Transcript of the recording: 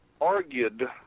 argued